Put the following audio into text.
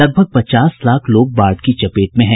लगभग पचास लाख लोग बाढ़ की चपेट में हैं